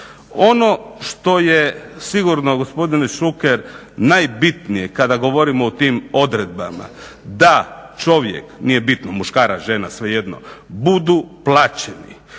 Ono što je sigurno gospodine Šuker najbitnije kada govorimo o tim odredbama, da čovjek, nije bitno muškarac, žena, svejedno budu plaćeni.